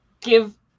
give